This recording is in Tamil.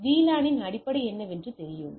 VLAN இன் அடிப்படை என்னவென்று தெரியும்